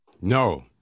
No